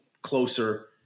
Closer